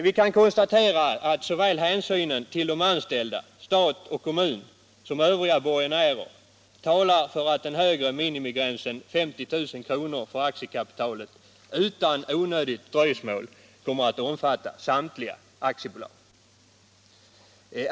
Vi kan konstatera att såväl hänsynen till de anställda som till stat och kommun och övriga borgenärer talar för att den högre minimigränsen 50 000 kr. för aktiekapitalet utan onödigt dröjsmål skall genomföras för samtliga aktiebolag.